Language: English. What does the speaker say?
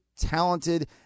talented